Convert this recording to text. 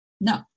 No